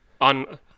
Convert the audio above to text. On